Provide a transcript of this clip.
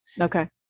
Okay